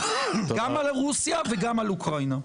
גם על רוסיה וגם על אוקראינה.